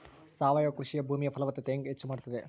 ಸಾವಯವ ಕೃಷಿ ಭೂಮಿಯ ಫಲವತ್ತತೆ ಹೆಂಗೆ ಹೆಚ್ಚು ಮಾಡುತ್ತದೆ?